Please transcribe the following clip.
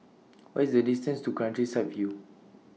What IS The distance to Countryside View